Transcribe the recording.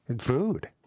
Food